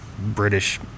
british